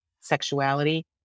sexuality